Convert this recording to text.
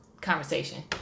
conversation